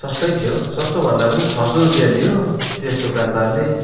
सस्तै थियो सस्तो भन्दा पनि छ सौ रुपियाँ लियो त्यस दोकानदारले